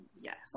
yes